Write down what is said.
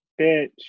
bitch